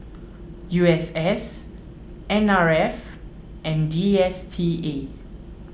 U S S N R F and D S T A